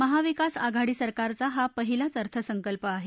महाविकास आघाडी सरकारचा हा पहिलाच अर्थसंकल्प आहे